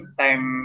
time